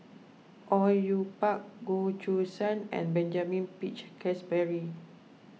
Au Yue Pak Goh Choo San and Benjamin Peach Keasberry